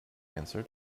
answered